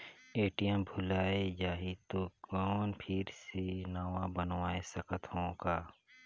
ATM भुलाये जाही तो कौन फिर से नवा बनवाय सकत हो का?